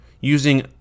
using